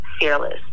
fearless